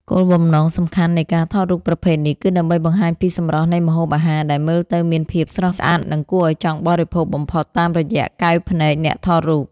គោលបំណងសំខាន់នៃការថតរូបប្រភេទនេះ គឺដើម្បីបង្ហាញពីសម្រស់នៃម្ហូបអាហារដែលមើលទៅមានភាពស្រស់ស្អាត និងគួរឱ្យចង់បរិភោគបំផុតតាមរយៈកែវភ្នែកអ្នកថតរូប។